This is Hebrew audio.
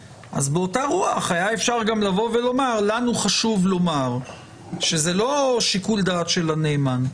באותה רוח היה גם אפשר לבוא ולומר שזה לא שיקול דעת של הנאמן.